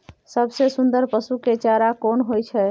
सबसे सुन्दर पसु के चारा कोन होय छै?